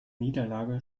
niederlage